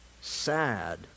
sad